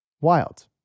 Wild